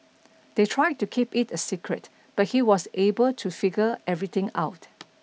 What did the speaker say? they tried to keep it a secret but he was able to figure everything out